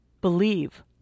believe